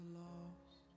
lost